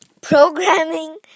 programming